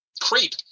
creep